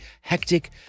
hectic